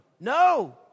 No